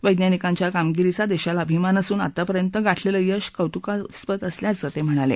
वैज्ञानिकांच्या कामगिरीचा देशाला अभिमान असून आतापर्यंत गाठलेलं यशही कौतुकास्पद असल्याचं ते म्हणाले